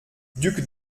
duc